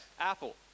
apple